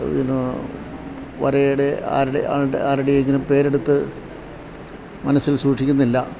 പിന്ന വരയുടെ ആരുടെ ആളുടെ ആരുടെയെങ്കിലും പേരെടുത്ത് മനസ്സിൽ സൂക്ഷിക്കുന്നില്ല